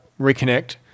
reconnect